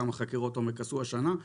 כמה חקירות עומק עשו השנה.